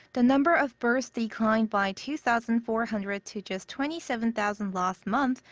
the number of births declined by two thousand four hundred to just twenty seven thousand last month,